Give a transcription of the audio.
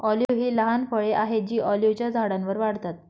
olive ही लहान फळे आहेत जी ऑलिव्हच्या झाडांवर वाढतात